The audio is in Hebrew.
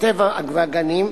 הטבע והגנים,